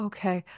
Okay